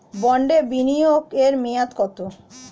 বন্ডে বিনিয়োগ এর মেয়াদ কত?